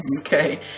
Okay